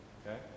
okay